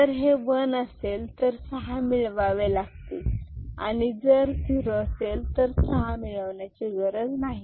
जर हे वन असेल तर सहा मिळवावे लागतील आणि जर झिरो असेल तर सहा मिळविण्याची गरज नाही